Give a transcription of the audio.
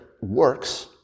works